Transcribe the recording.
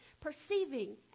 Perceiving